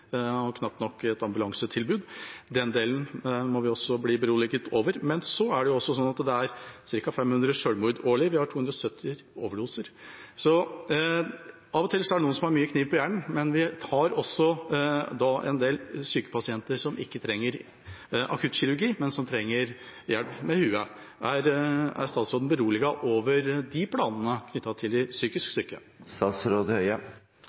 og knapt nok et ambulansetilbud. Også når det gjelder den delen, må vi bli beroliget. Det er også ca. 500 selvmord årlig. Vi har 270 overdoser. Av og til er det noen som har mye kniv på hjernen, men vi har også en del syke pasienter som ikke trenger akuttkirurgi, men som trenger hjelp med hodet. Er statsråden beroliget med hensyn til planene for de psykisk